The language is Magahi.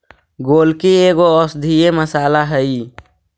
गोलकी एगो औषधीय मसाला हई